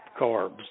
carbs